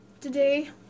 Today